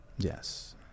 yes